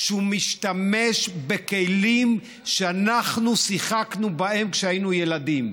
שהוא משתמש בכלים שאנחנו שיחקנו בהם כשהיינו ילדים.